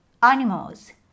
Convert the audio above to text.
animals 。